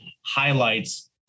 highlights